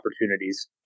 opportunities